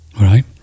right